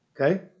okay